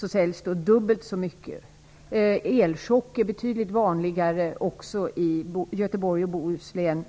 Det säljs dubbelt så mycket medel mot depression. Det är betydligt vanligare med elchocker i Göteborg Bohuslän.